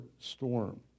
storm